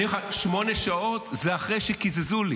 שמונה שעות זה אחרי שקיזזו לי